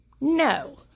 No